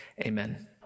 amen